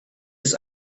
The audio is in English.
his